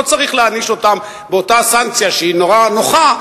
לא צריך להעניש אותם באותה סנקציה שהיא נורא נוחה,